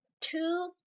two